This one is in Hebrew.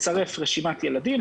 מצרף רשימת ילדים,